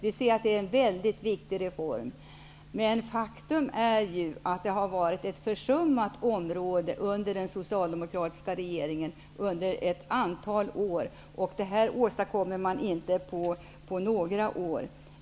Vi menar att det är en mycket viktig reform. Men faktum är att detta under ett antal år varit ett försummat område under socialdemokratiska regeringar, och man åstadkommer inte någon stor förbättring på några år.